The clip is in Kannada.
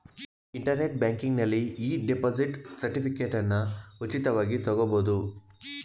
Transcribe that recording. ಇಂಟರ್ನೆಟ್ ಬ್ಯಾಂಕಿಂಗ್ನಲ್ಲಿ ಇ ಡಿಪಾಸಿಟ್ ಸರ್ಟಿಫಿಕೇಟನ್ನ ಉಚಿತವಾಗಿ ತಗೊಬೋದು